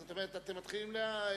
זאת אומרת, אתם מתחילים להיכנס,